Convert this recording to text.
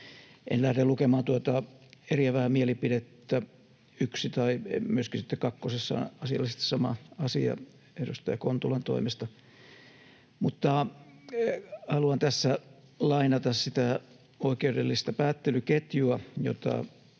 En lähde lukemaan tuota eriävää mielipidettä 1 — myöskin kakkosessa on asiallisesti sama asia edustaja Kontulan toimesta — mutta haluan tässä lainata sitä oikeudellista päättelyketjua, jota